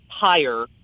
higher